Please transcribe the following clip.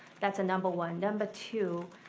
that's number one. number two,